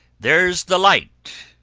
there's the light,